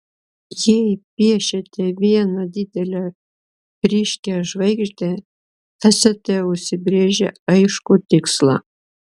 jei piešiate vieną didelę ryškią žvaigždę esate užsibrėžę aiškų tikslą